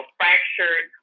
fractured